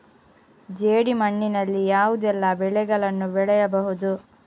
ಜೇಡಿ ಮಣ್ಣಿನಲ್ಲಿ ಯಾವುದೆಲ್ಲ ಬೆಳೆಗಳನ್ನು ಬೆಳೆಯಬಹುದು?